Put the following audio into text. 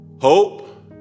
hope